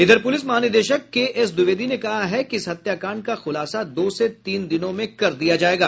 इधर पुलिस महानिदेशक केएसद्विवेदी ने कहा है कि इस हत्याकांड का खुलासा दो से तीन दिनों में कर दिया जायेगा